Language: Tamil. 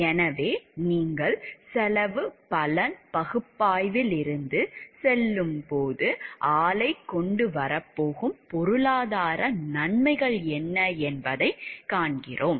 எனவே நீங்கள் செலவு பலன் பகுப்பாய்விலிருந்து செல்லும்போது ஆலை கொண்டு வரப்போகும் பொருளாதார நன்மைகள் என்ன என்பதை காண்கிறோம்